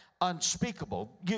unspeakable